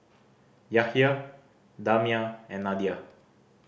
Yahaya Damia and Nadia